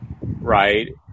Right